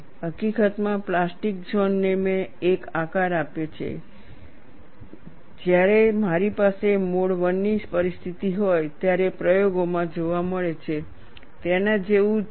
હકીકતમાં plastic zone ને મેં એક આકાર આપ્યો છે જે જ્યારે મારી પાસે મોડ I ની પરિસ્થિતિ હોય ત્યારે પ્રયોગોમાં જોવા મળે છે તેના જેવું જ છે